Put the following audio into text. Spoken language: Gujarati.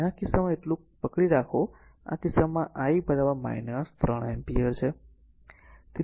તેથી આ કિસ્સામાં ફક્ત એટલું જ પકડી રાખો આ કિસ્સામાં કે I 3 એમ્પીયર છે